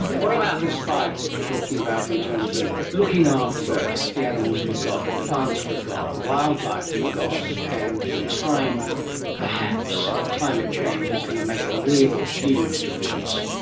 what about this fight that you're talking about in terms of looking after the animals that we've got, the plants we've got, the wildlife we've got, and the time perhaps that climate change is going to make a real huge difference?